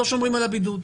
לא שומרים על הבידוד,